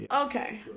Okay